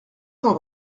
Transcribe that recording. cent